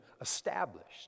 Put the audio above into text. established